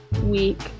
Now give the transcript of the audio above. week